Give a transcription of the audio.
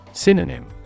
Synonym